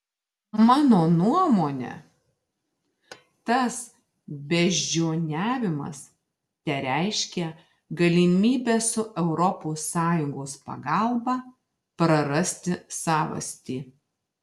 mano nuomone tas beždžioniavimas tereiškia galimybę su europos sąjungos pagalba prarasti savastį